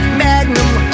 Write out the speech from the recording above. magnum